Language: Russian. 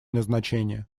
назначения